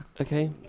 Okay